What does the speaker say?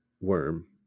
worm